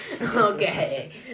okay